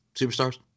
superstars